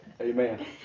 Amen